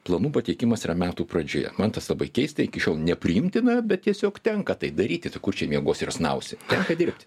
planų pateikimas yra metų pradžioje man tas labai keista iki šiol nepriimtina bet tiesiog tenka tai daryti tai kur čia miegosi ir snausi tenka dirbti